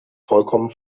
vollkommen